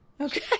Okay